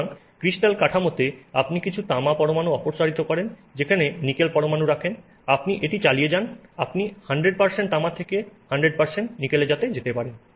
সুতরাং ক্রিস্টাল কাঠামোতে আপনি কিছু তামা পরমাণু অপসারিত করেন যেখানে নিকেল পরমাণু রাখেন আপনি এটি চালিয়ে যান আপনি 100 তামা থেকে 100 নিকেলে যেতে পারেন